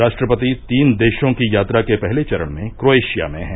राष्ट्रपति तीन देशों की यात्राके पहले चरण में क्रोएशिया में हैं